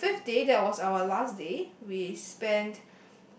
on the five day that was our last day we spent